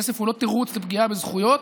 כסף הוא לא תירוץ לפגיעה בזכויות,